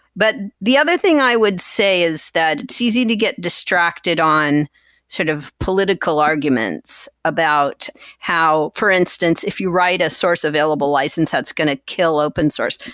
but the other thing i would say is that it's easy to get distracted on sort of political arguments about how, for instance, if you write a source available license that's going to kill open source.